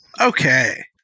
Okay